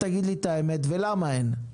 תגיד לי את האמת ולמה אין.